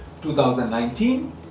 2019